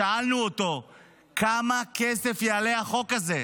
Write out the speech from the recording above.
שאלנו אותו כמה כסף יעלה החוק הזה,